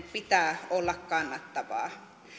pitää olla kannattavaa